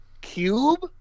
Cube